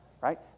right